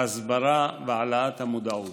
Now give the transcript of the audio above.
ההסברה והעלאת המודעות.